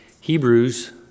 Hebrews